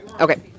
Okay